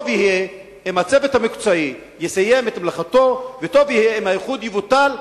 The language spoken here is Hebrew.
טוב יהיה אם הצוות המקצועי יסיים את מלאכתו וטוב יהיה אם האיחוד יבוטל,